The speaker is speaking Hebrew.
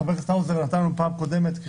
שחבר הכנסת האוזר נתן לנו פעם קודמת על